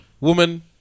Woman